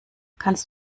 kannst